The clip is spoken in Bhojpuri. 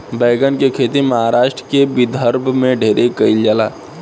बैगन के खेती महाराष्ट्र के विदर्भ में ढेरे कईल जाला